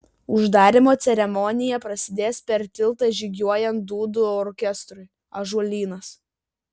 uždarymo ceremonija prasidės per tiltą žygiuojant dūdų orkestrui ąžuolynas